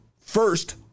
first